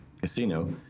casino